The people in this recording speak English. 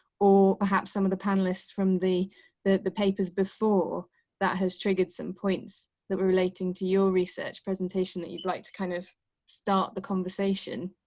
or perhaps some of the panelists from the the the papers before that has triggered some points that were relating to your research presentation that you'd like to kind of start the conversation.